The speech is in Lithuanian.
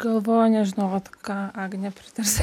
galvoju nežinau vat ką agnė pritars